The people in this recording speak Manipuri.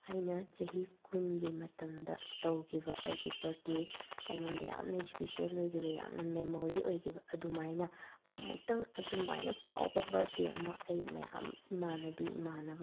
ꯑꯩꯅ ꯆꯍꯤ ꯀꯨꯟꯒꯤ ꯃꯇꯝꯗ ꯇꯧꯈꯤꯕ ꯑꯩꯒꯤ ꯕꯥꯔꯗꯦ ꯑꯩꯉꯣꯟꯗ ꯌꯥꯝꯅ ꯏꯁꯄꯤꯁꯦꯜ ꯑꯣꯏꯈꯤꯕ ꯌꯥꯝꯅ ꯃꯦꯃꯣꯔꯤ ꯑꯣꯏꯈꯤꯕ ꯑꯗꯨꯃꯥꯏꯅ ꯑꯃꯨꯛꯇꯪ ꯑꯗꯨꯃꯥꯏꯅ ꯐꯥꯎꯕ ꯕꯥꯔꯗꯦ ꯑꯃ ꯑꯩ ꯃꯌꯥꯝ ꯏꯃꯥꯟꯅꯕꯤ